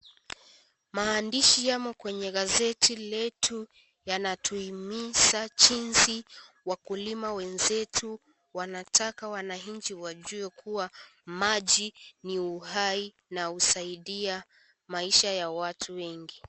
Maandishi yako kwenye gazeti letu yanatuhimiza jinsi wakulima wenzetu wanataka wananchi wajue kuwa maji ni uhai na husaidia maisha ya watu wengi.